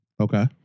okay